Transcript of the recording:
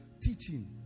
teaching